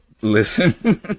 listen